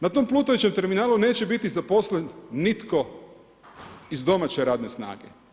Na tom plutajućem terminalu neće biti zaposlen nitko iz domaće radne snage.